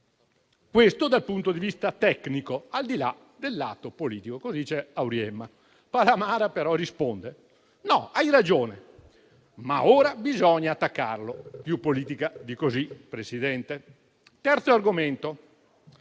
Questo dal punto di vista tecnico, al di là dell'atto politico».